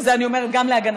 ואני אומרת את זה גם להגנתך,